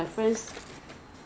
what's the what's the usual price ah